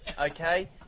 Okay